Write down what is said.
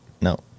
No